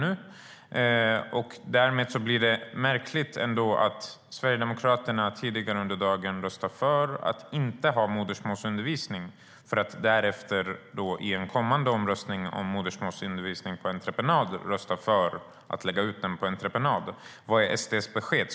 Det blir märkligt att Sverigedemokraterna tidigare under dagen röstade emot modersmålsundervisning och att de därefter, i en kommande omröstning, ska rösta för att lägga ut modersmålsundervisningen på entreprenad. Vad är SD:s besked?